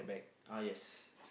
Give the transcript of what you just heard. ah yes